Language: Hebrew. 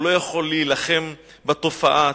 הוא לא יכול להילחם בתופעה עצמה.